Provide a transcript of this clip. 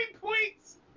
points